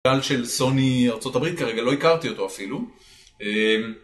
כאן של סוני ארה״ב כרגע לא הכרתי אותו אפילו